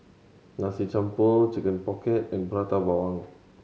Nasi Campur Chicken Pocket and Prata Bawang